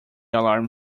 alarm